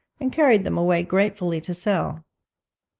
and carried them away gratefully to sell.